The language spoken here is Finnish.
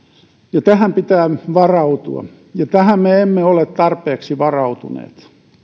tähän pitää varautua ja tähän me emme ole tarpeeksi varautuneet